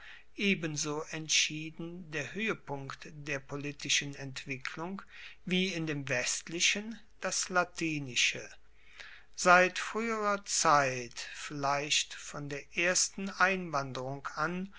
ebenso entschieden der hoehepunkt der politischen entwicklung wie in dem westlichen das latinische seit frueherer zeit vielleicht von der ersten einwanderung an